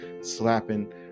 slapping